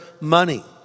money